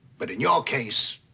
but, in your case.